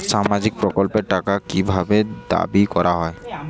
সামাজিক প্রকল্পের টাকা কি ভাবে দাবি করা হয়?